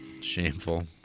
Shameful